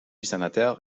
sénateur